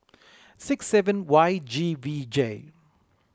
six seven Y G V J